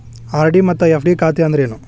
RD ಮತ್ತ FD ಖಾತೆ ಅಂದ್ರೇನು